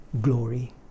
glory